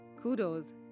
kudos